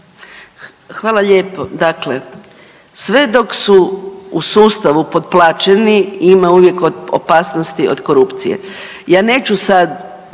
Hvala lijepo. Dakle, sve dok su u sustavu potplaćeni ima uvijek opasnosti od korupcije.